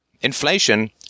Inflation